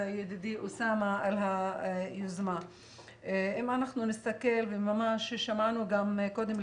ידידי אוסאמה על היוזמה - וממה ששמענו קודם,